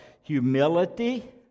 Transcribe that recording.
humility